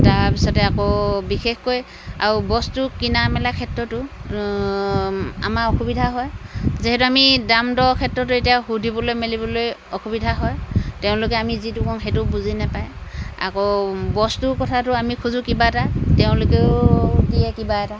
তাৰপিছতে আকৌ বিশেষকৈ আৰু বস্তু কিনা মেলা ক্ষেত্ৰতো আমাৰ অসুবিধা হয় যিহেতু আমি দাম দৰৰ ক্ষেত্ৰতো এতিয়া সুধিবলৈ মেলিবলৈ অসুবিধা হয় তেওঁলোকে আমি যিটো কওঁ সেইটো বুজি নেপায় আকৌ বস্তুৰ কথাটো আমি খোজোঁ কিবা এটা তেওঁলোকেও দিয়ে কিবা এটা